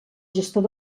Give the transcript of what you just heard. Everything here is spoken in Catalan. gestor